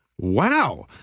wow